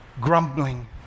grumbling